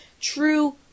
true